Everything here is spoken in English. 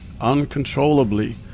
uncontrollably